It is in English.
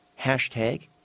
hashtag